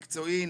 מקצועי,